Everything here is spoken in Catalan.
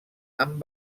amb